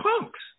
punks